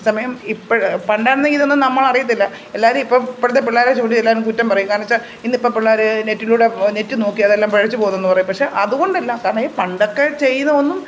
സമയം ഇപ്പം പണ്ടായിരുന്നെങ്കിൽ ഇതൊന്നും നമ്മൾ അറിയില്ല എല്ലാവരും ഇപ്പം ഇപ്പോഴത്തെ പിള്ളേരെ ചൂണ്ടി എല്ലാവരും കുറ്റം പറയും കാരണം വെച്ചാൽ ഇന്നിപ്പം പിള്ളേർ നെറ്റിലൂടെ നെറ്റ് നോക്കി അതെല്ലാം പിഴച്ച് പോകുന്നെന്ന് പറയും പക്ഷേ അതുകൊണ്ടല്ല കാരണം ഈ പണ്ടൊക്കെ ചെയ്യുന്നതൊന്നും